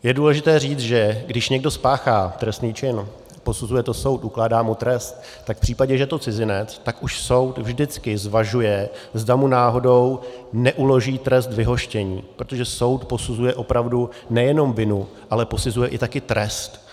Je důležité říci, že když někdo spáchá trestný čin, posuzuje to soud, ukládá mu trest, tak v případě, že je to cizinec, tak už soud vždycky zvažuje, zda mu náhodou neuloží trest vyhoštění, protože soud posuzuje opravdu nejenom vinu, ale posuzuje také trest.